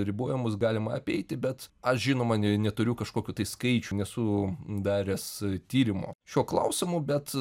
ribojimus galima apeiti bet aš žinoma ne neturiu kažkokių tai skaičių nesu daręs tyrimo šiuo klausimu bet